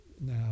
now